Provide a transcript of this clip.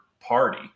party